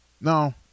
No